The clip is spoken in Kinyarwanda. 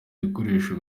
bikoresho